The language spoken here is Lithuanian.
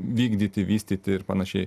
vykdyti vystyti ir panašiai